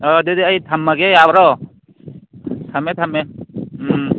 ꯑꯥ ꯑꯗꯨꯗꯤ ꯑꯩ ꯊꯝꯃꯒꯦ ꯌꯥꯕ꯭ꯔꯣ ꯊꯝꯃꯦ ꯊꯝꯃꯦ ꯎꯝ